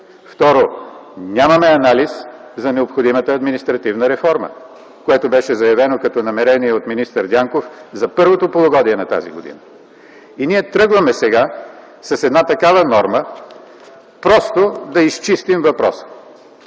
второ, нямаме анализ за необходимата административна реформа, което беше заявено като намерение от министър Дянков за първото полугодие на тази година. И ние сега тръгваме с една такава норма просто да изчистим въпроса.